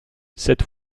cette